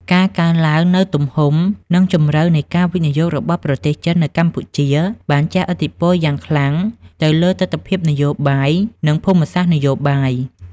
ការកើនឡើងនូវទំហំ និងជម្រៅនៃការវិនិយោគរបស់ប្រទេសចិននៅកម្ពុជា បានជះឥទ្ធិពលយ៉ាងខ្លាំងទៅលើទិដ្ឋភាពនយោបាយ និងភូមិសាស្ត្រនយោបាយ។